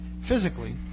physically